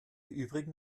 übrigen